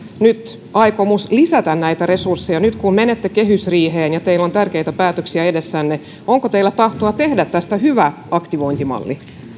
nyt aikomus lisätä näitä resursseja nyt kun menette kehysriiheen ja teillä on tärkeitä päätöksiä edessänne onko teillä tahtoa tehdä tästä hyvä aktivointimalli